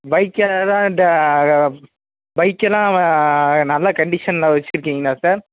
பைக்கில் தான் பைக்கெலாம் நல்ல கண்டிஷனில் வைச்சுருக்கீங்களா சார்